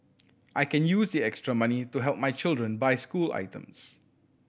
I can use the extra money to help my children buy school items